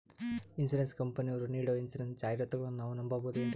Insurance ಕಂಪನಿಯರು ನೀಡೋ insurance ಜಾಹಿರಾತುಗಳನ್ನು ನಾವು ನಂಬಹುದೇನ್ರಿ?